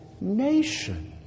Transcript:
nation